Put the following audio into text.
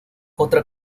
otra